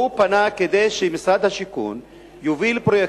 הוא פנה כדי שמשרד השיכון יוביל פרויקט,